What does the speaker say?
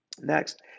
Next